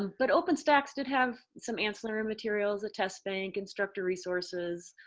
ah but openstax did have some ancillary materials, a test bank, instructor resources,